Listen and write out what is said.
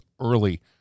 early